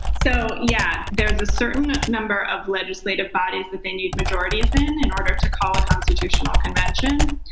so yeah, there is a certain number of legislative bodies that they need majorities in in order to call a constitutional convention,